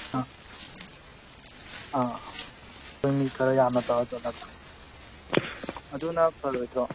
ꯑ ꯑ ꯑꯩꯈꯣꯏ ꯃꯤ ꯈꯔ ꯌꯥꯝꯅ ꯇꯧꯔꯒ ꯆꯠꯂꯒ ꯑꯗꯨꯅ ꯐꯔꯣꯏꯗ꯭ꯔꯣ